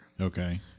Okay